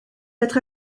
être